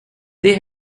they